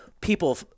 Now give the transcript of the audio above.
People